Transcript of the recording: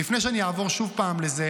לפני שאני אעבור שוב לזה,